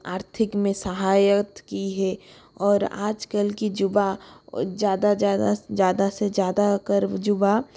आर्थिक में सहायता की है और आजकल की जुबां ज़्यादा ज़्यादा ज़्यादा से ज़्यादा कर्व जुबा